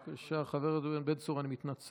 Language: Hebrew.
בבקשה, חבר הכנסת בן צור, אני מתנצל.